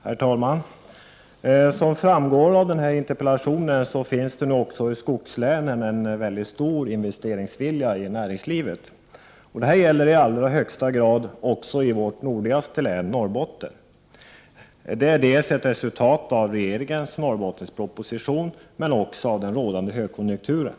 Herr talman! Som framgår av interpellationen finns det nu också i skogslänen en mycket stor investeringsvilja i näringslivet. Detta gäller i allra högsta grad också vårt nordligaste län, Norrbotten. Det är ett resultat dels av regeringens Norrbottensproposition, dels av den rådande högkonjunkturen.